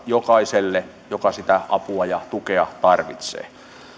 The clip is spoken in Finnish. jokaiselle joka sitä apua ja tukea tarvitsee